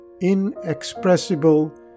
inexpressible